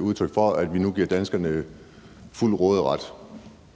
udtryk for, at vi nu giver danskerne fuld råderet,